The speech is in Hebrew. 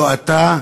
לא אתה,